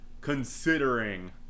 considering